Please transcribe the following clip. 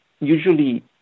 usually